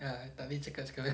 ya takleh cakap sekarang